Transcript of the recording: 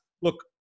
look